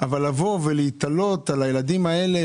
אבל להיתלות על הילדים האלה,